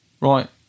Right